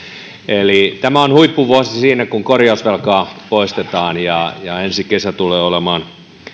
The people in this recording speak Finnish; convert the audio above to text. eli tämä on huippuvuosi siinä kun korjausvelkaa poistetaan ja ja ensi kesä tulee olemaan